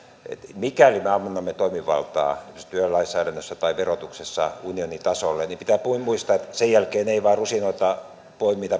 mikäli me annamme toimivaltaa esimerkiksi työlainsäädännössä tai verotuksessa unionin tasolle niin pitää muistaa että sen jälkeen ei vain poimita rusinoita